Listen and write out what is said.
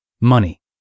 Money